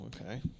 Okay